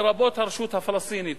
לרבות הרשות הפלסטינית,